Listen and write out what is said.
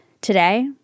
Today